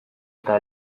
eta